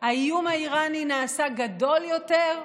האיום האיראני נעשה גדול יותר,